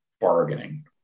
bargaining